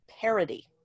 parody